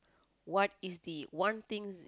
what is the one things